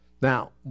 Now